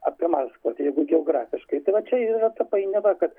apie maskvą tai jeigu geografiškai tai va čia ir yra ta painiava kad